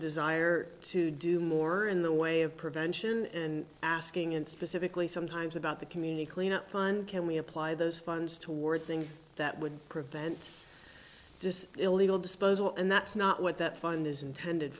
desire to do more in the way of prevention and asking and specifically sometimes about the community cleanup on can we apply those funds toward things that would prevent this illegal disposal and that's not what that fund is intended